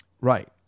Right